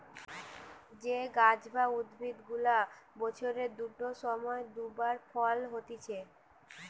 যে গাছ বা উদ্ভিদ গুলা বছরের দুটো সময় দু বার ফল হতিছে